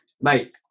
mate